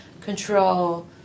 control